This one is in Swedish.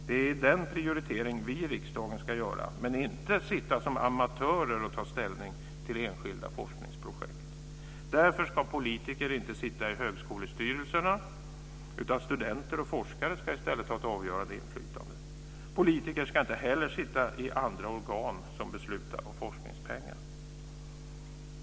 Det är den prioritering vi i riksdagen ska göra. Vi ska inte sitta som amatörer och ta ställning till enskilda forskningsprojekt. Därför ska politiker inte sitta i högskolestyrelserna. I stället ska studenter och forskare ha ett avgörande inflytande. Politiker ska inte heller sitta i andra organ som beslutar om forskningspengar.